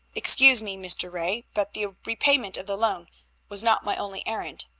excuse me, mr. ray, but the repayment of the loan was not my only errand.